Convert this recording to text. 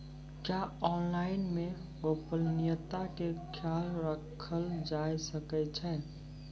क्या ऑनलाइन मे गोपनियता के खयाल राखल जाय सकै ये?